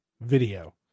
video